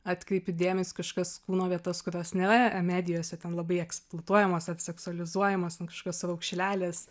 atkreipi dėmesį į kažkokias kūno vietas kurios nėra medijose ten labai eksploatuojamos ar seksualizuojamos kažkokios raukšlelės